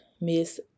Miss